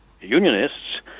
unionists